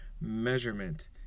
measurement